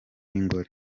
ingore